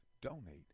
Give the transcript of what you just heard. donate